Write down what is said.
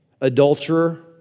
Adulterer